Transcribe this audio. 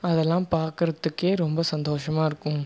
அதெல்லாம் பார்க்கறத்துக்கே ரொம்ப சந்தோஷமாக இருக்கும்